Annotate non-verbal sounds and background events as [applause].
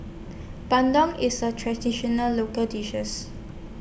Bandung IS A Traditional Local [unintelligible]